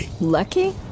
Lucky